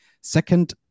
Second